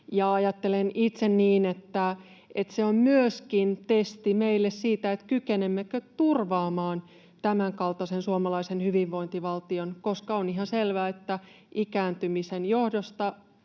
Ajattelen itse niin, että se on myöskin testi meille siitä, kykenemmekö turvaamaan tämänkaltaisen suomalaisen hyvinvointivaltion, koska on ihan selvää, että ikääntymisen johdosta